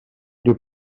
dyw